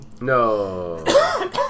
No